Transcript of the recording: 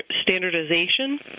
standardization